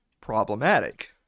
problematic